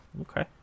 okay